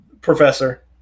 Professor